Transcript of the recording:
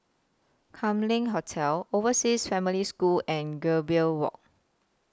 Kam Leng Hotel Overseas Family School and Gambir Walk